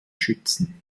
schützen